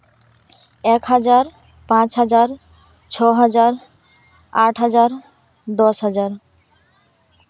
ᱮ ᱠ ᱦᱟᱡᱟᱨ ᱯᱟᱸᱪ ᱦᱟᱡᱟᱨ ᱪᱷᱚ ᱦᱟᱡᱟᱨ ᱟᱴ ᱦᱟᱡᱟᱨ ᱫᱚᱥ ᱦᱟᱡᱟᱨ